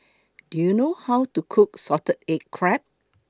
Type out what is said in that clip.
Do YOU know How to Cook Salted Egg Crab